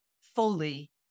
fully